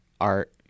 art